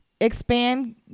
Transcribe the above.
Expand